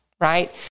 right